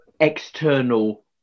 external